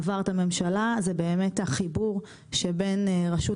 עבר את הממשלה, הוא החיבור שבין רשות